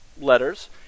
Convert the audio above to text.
letters